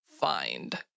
find